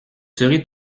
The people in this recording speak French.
serez